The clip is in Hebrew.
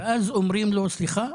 ואז אומרים לו סליחה,